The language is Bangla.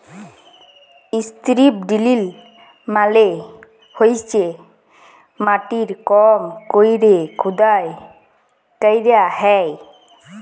ইস্ত্রিপ ড্রিল মালে হইসে মাটির কম কইরে খুদাই ক্যইরা হ্যয়